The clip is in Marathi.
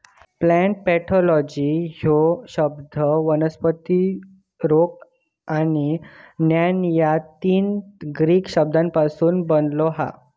प्लांट पॅथॉलॉजी ह्यो शब्द वनस्पती रोग आणि ज्ञान या तीन ग्रीक शब्दांपासून बनलो हा